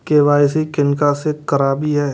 KYC किनका से कराबी?